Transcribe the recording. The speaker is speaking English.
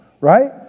right